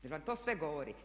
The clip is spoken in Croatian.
Jer vam to sve govori.